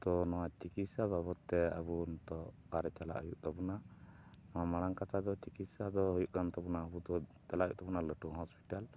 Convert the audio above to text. ᱛᱚ ᱱᱚᱣᱟ ᱪᱤᱠᱤᱥᱥᱟ ᱵᱟᱵᱚᱛ ᱛᱮ ᱟᱵᱚ ᱱᱤᱛᱳᱜ ᱚᱠᱟᱨᱮ ᱪᱟᱞᱟᱜ ᱦᱩᱭᱩᱜ ᱛᱟᱵᱚᱱᱟ ᱱᱚᱣᱟ ᱢᱟᱲᱟᱝ ᱠᱟᱛᱷᱟ ᱫᱚ ᱪᱤᱠᱤᱥᱥᱟ ᱫᱚ ᱦᱩᱭᱩᱜ ᱠᱟᱱ ᱛᱟᱵᱚᱱᱟ ᱟᱵᱚ ᱫᱚ ᱪᱟᱞᱟᱜ ᱦᱩᱭᱩᱜ ᱛᱟᱵᱚᱱᱟ ᱞᱟᱹᱴᱩ ᱦᱚᱥᱯᱤᱴᱟᱞ